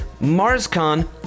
MarsCon